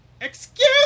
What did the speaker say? excuse